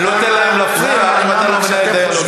אני לא נותן להם להפריע אם אתה לא מנהל דיאלוג אתם.